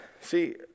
see